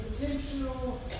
intentional